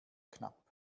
knapp